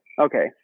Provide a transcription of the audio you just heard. Okay